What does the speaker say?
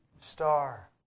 star